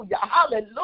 Hallelujah